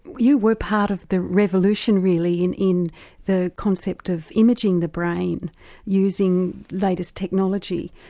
you were part of the revolution really in in the concept of imaging the brain using latest technology.